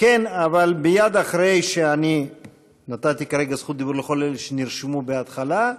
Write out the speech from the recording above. אבל מייד אחרי שנתתי כרגע זכות דיבור לכל אלה שנרשמו בהתחלה.